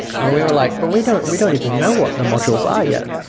and we were like, but we don't we don't even know what the modules are yet.